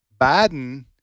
Biden